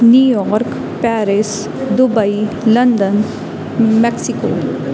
New York Paris Dubai London Mexico